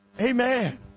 Amen